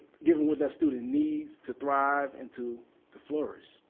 giving what that student needs to thrive and to to flourish.